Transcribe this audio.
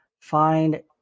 find